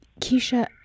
Keisha